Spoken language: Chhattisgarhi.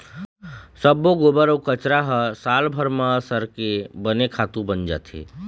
सब्बो गोबर अउ कचरा ह सालभर म सरके बने खातू बन जाथे